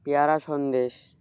প্যাঁরা Sandesh